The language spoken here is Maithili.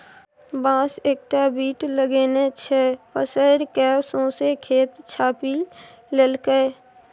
बांस एकटा बीट लगेने छै पसैर कए सौंसे खेत छापि लेलकै